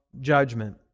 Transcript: judgment